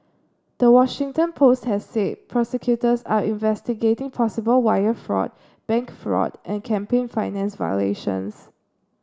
the Washington Post has said prosecutors are investigating possible wire fraud bank fraud and campaign finance violations